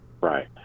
Right